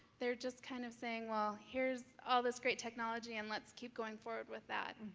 they're just kind of saying, well here's all this great technology and let's keep going forward with that.